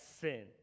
sin